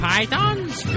Python's